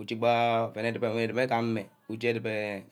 Ujeba ouen edubor edubor gameh l, uje ouen